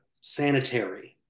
sanitary